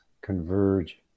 converge